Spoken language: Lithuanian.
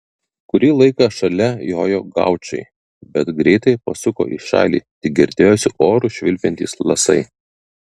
kurį laiką šalia jojo gaučai bet greitai pasuko į šalį tik girdėjosi oru švilpiantys lasai